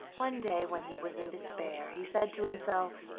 one day when he was in despair he said to himself